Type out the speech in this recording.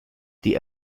die